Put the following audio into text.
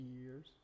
years